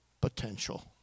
potential